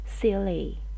silly